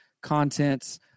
contents